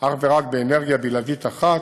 אך ורק באנרגיה בלעדית אחת,